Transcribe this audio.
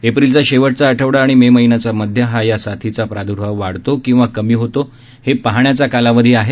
एप्रिलचा शेवटचा आठवडा आणि मे महिन्याचा मध्य हा या साथीचा प्रादुर्भाव वाढतो किंवा कमी होतो हे पाहण्याचा कालावधी आहे